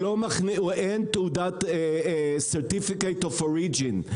אין שום תעודת certificate of origin.